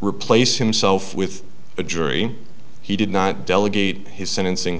replace himself with a jury he did not delegate his sentencing